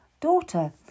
Daughter